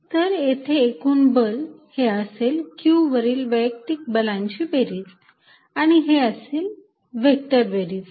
तर येथे एकूण बल हे असेल q वरील वैयक्तिक बलाची बेरीज आणि हे असेल व्हेक्टर बेरीज